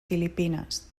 filipines